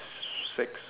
six